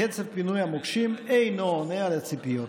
וקצב פינוי המוקשים אינו עונה על הציפיות.